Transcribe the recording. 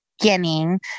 beginning